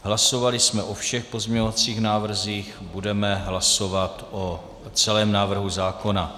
Hlasovali jsme o všech pozměňovacích návrzích, budeme hlasovat o celém návrhu zákona.